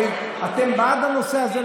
הרי אתם בעד הנושא הזה,